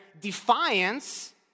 defiance